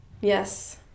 Yes